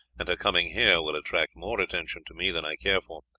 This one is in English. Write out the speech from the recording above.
and her coming here will attract more attention to me than i care for.